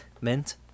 mint